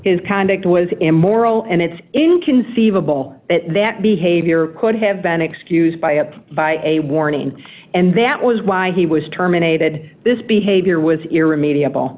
his conduct was immoral and it's inconceivable that behavior could have been excused by up by a warning and that was why he was terminated this behavior was irremedia